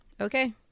okay